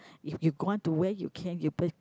if you want to wear you can you'll be